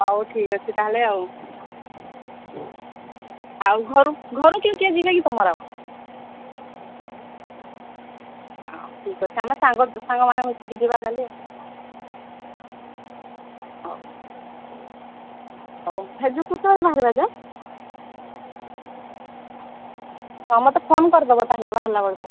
ହଉ ଠିକ ଅଛି ତାହେଲେ ଆଉ ଆଉ ଘରୁ ଘରୁ କିଏ କିଏ ଯିବେ କି ତୁମର ଠିକ ଅଛି ଆମେ ସାଙ୍ଗମାନେ ମିଶିକି ଯିବା କାଲି ଆଉ ହଉ ହଉ କେତେବେଳେ ବାହରିବା ଯେ ହଁ ମୋତେ ଫୋନ୍ କରିଦେବ ତାହେଲେ ବାହାରିଲା ବେଳେ